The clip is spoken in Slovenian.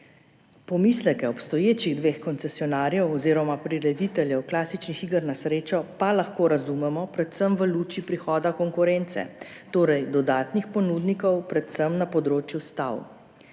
Pomisleke obstoječih dveh koncesionarjev oziroma prirediteljev klasičnih iger na srečo pa lahko razumemo predvsem v luči prihoda konkurence, torej dodatnih ponudnikov, predvsem na področju stav.